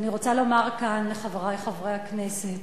אני רוצה לומר כאן לחברי חברי הכנסת: